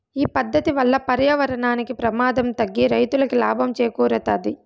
ఈ పద్దతి వల్ల పర్యావరణానికి ప్రమాదం తగ్గి రైతులకి లాభం చేకూరుతాది